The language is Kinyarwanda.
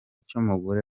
cy’umugore